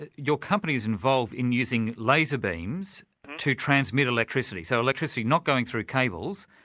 and your company's involved in using laser beams to transmit electricity. so electricity not going through cables,